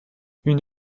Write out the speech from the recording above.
une